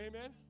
Amen